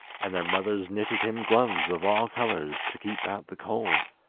and their mothers knitted him gloves of all colours, to keep out the cold.